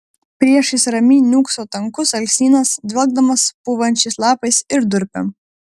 priešais ramiai niūkso tankus alksnynas dvelkdamas pūvančiais lapais ir durpėm